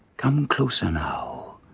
come closer now.